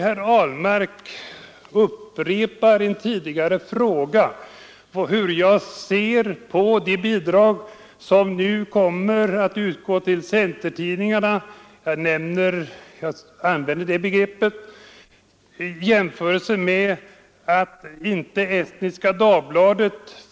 Herr Ahlmark upprepade en tidigare ställd fråga om hur jag ser på det förhållandet att bidrag kommer att utgå till ”centertidningarna”, för att nu använda det begreppet, samtidigt som det inte kommer att utgå något stöd till Estniska Dagbladet.